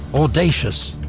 audacious.